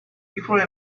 before